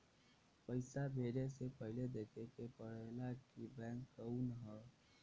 पइसा भेजे से पहिले देखे के पड़ेला कि बैंक कउन ह